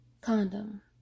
Condom